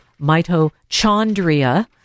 Mitochondria